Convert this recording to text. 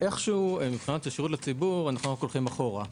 איכשהו מבחינת השירות לציבור אנחנו רק הולכים אחורה.